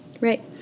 Right